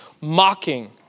mocking